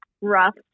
rough